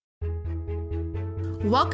Welcome